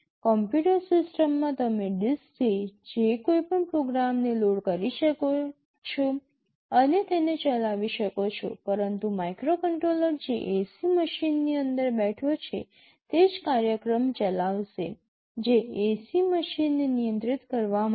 computer સિસ્ટમમાં તમે ડિસ્કથી ઇચ્છો તે કોઈપણ પ્રોગ્રામને લોડ કરી શકો છો અને તેને ચલાવી શકો છો પરંતુ માઇક્રોકન્ટ્રોલર જે AC મશીનની અંદર બેઠો છે તે જ કાર્યક્રમ ચલાવશે જે AC મશીનને નિયંત્રિત કરવા માટેનો છે